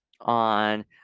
on